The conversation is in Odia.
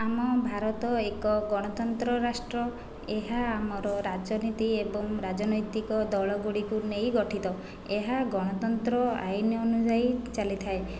ଆମ ଭାରତ ଏକ ଗଣତନ୍ତ୍ର ରାଷ୍ଟ୍ର ଏହା ଆମର ରାଜନୀତି ଏବଂ ରାଜନୈତିକ ଦଳଗୁଡ଼ିକୁ ନେଇ ଗଠିତ ଏହା ଗଣତନ୍ତ୍ର ଆଇନ ଅନୁଯାୟୀ ଚାଲିଥାଏ